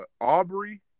Aubrey